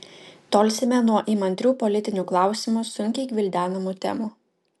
tolsime nuo įmantrių politinių klausimų sunkiai gvildenamų temų